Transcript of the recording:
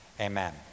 amen